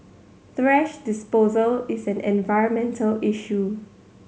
thrash disposal is an environmental issue